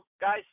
guys